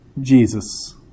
Jesus